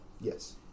Yes